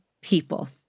people